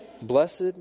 Blessed